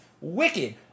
wicked